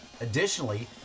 Additionally